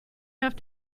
have